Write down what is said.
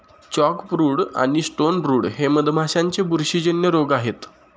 chalkbrood आणि stonebrood हे मधमाशांचे बुरशीजन्य रोग आहेत